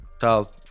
tell